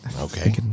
okay